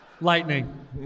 lightning